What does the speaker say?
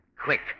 quick